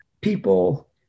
people